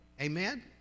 Amen